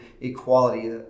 equality